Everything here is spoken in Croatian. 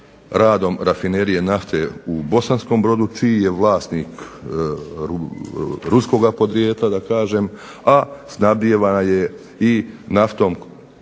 radom rafinerije nafte u Bosanskom Brodu, čiji je vlasnik ruskoga podrijetla da kažem, a snabdijeva je i naftom